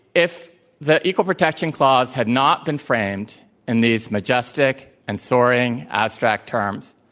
if the equal protection clause had not been framed in these majestic and soaring abstract terms,